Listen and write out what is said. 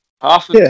Half